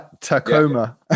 Tacoma